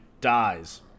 dies